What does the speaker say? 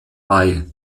bei